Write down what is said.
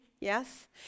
Yes